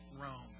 Rome